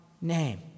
name